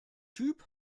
typ